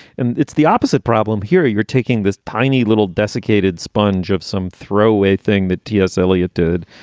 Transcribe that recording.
and it's the opposite problem here. you're taking this tiny little desiccated sponge of some throwaway thing that t s. eliot did.